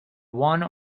one